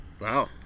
Wow